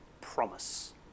promise